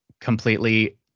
completely